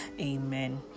amen